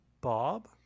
Bob